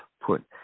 put